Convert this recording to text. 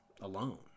alone